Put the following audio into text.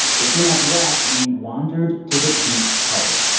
but soon after that, we wandered to the pink carpet.